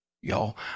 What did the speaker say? Y'all